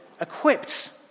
equipped